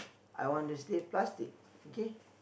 I want to stay plastic okay